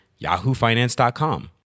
yahoofinance.com